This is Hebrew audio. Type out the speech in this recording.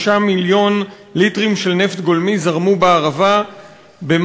5 מיליון ליטרים של נפט גולמי זרמו בערבה במה